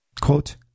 Quote